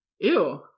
ew